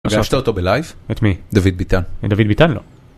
פגשת אותו בלייב? את מי? דוד ביטן. דוד ביטן לא.